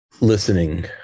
Listening